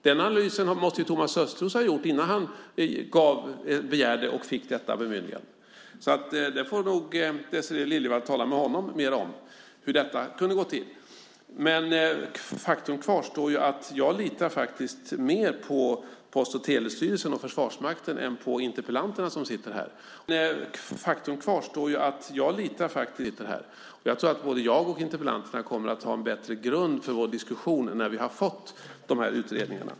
Den analysen måste Thomas Östros ha gjort innan han begärde och fick bemyndigandet. Désirée Liljevall får nog tala med honom om hur detta gick till. Faktum kvarstår att jag litar mer på Post och telestyrelsen och Försvarsmakten än på interpellanterna. Både jag och interpellanterna kommer att ha en bättre grund för vår diskussion när vi har fått utredningarna.